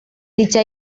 dicha